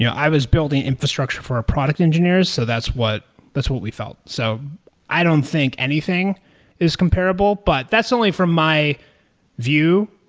yeah i was building infrastructure for product engineers, so that's what that's what we felt so i don't think anything is comparable, but that's only from my view,